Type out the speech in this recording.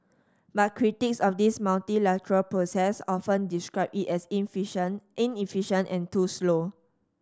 but critics of this multilateral process often describe it as inefficient and too slow